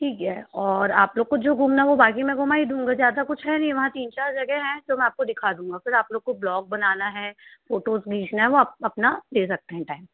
ठीक है और आप लोग को जो घूमना वह बाकी मैं घुमा ही दूँगा ज़्यादा कुछ है नहीं वहाँ तीन चार जगह हैं जो मैं आपको दिखा दूँगा फ़िर आप लोग को ब्लॉग बनाना है फ़ोटोज़ खींचना वह आप अपना दे सकते हैं टाइम